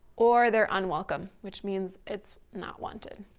or they're unwelcome, which means it's not wanted,